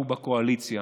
והוא בקואליציה.